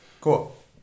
Cool